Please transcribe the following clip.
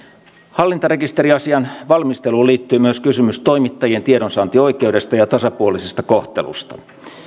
hallintarekisteriasian valmisteluun liittyy myös kysymys toimittajien tiedonsaantioikeudesta ja tasapuolisesta kohtelusta